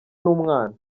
n’umwana